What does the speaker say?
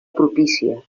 propícia